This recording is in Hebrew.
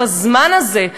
בזמן הזה,